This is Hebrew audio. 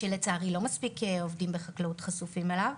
שלצערי לא מספיק עובדים בתחום החקלאות חשופים אליו,